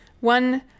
one